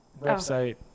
website